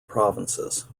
provinces